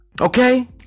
Okay